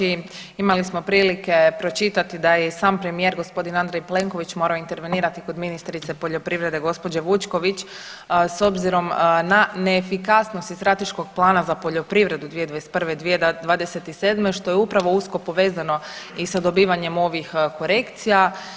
Imali smo prilike pročitati da je i sam premijer gospodin Andrej Plenković morao intervenirati kod ministrice poljoprivrede gospođe Vučković s obzirom na neefikasnost iz strateškog plana za poljoprivredu 2021.-2027. što je upravo usko povezano i sa dobivanjem ovih korekcija.